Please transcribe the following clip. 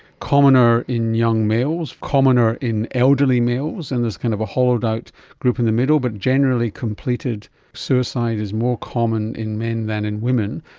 commoner in young males, commoner in elderly males, and there's kind of a hollowed out group in the middle but generally completed suicide is more common in men than in women,